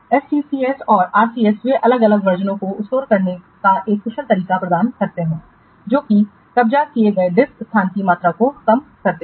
SCCS और RCS वे अलग अलग वर्जनसं को स्टोर करने का एक कुशल तरीका प्रदान करते हैं जो कि कब्जा किए गए डिस्क स्थान की मात्रा को कम करते हैं